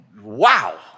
wow